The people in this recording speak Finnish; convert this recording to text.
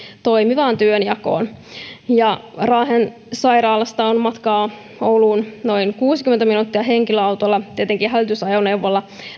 toimivaan työnjakoon raahen sairaalasta on matkaa ouluun noin kuusikymmentä minuuttia henkilöautolla tietenkin hälytysajoneuvolla